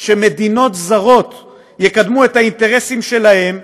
שמדינות זרות יקדמו את האינטרסים שלהן,